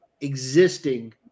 existing